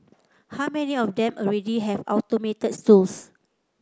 how many of them already have automated tools